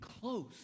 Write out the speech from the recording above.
close